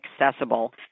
accessible